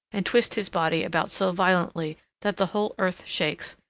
and twist his body about so violently that the whole earth shakes,